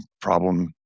problem